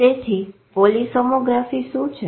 તેથી polysomnography શું છે